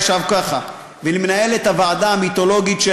עכשיו ככה: למנהלת הוועדה המיתולוגית,